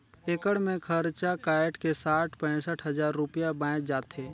एकड़ मे खरचा कायट के साठ पैंसठ हजार रूपिया बांयच जाथे